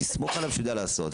תסמוך עליו שהוא יידע לעשות.